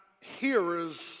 hearers